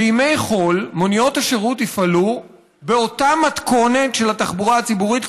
בימי חול מוניות השירות יפעלו באותה מתכונת של התחבורה הציבורית,